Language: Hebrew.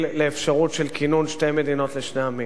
לאפשרות של כינון שתי מדינות לשני עמים.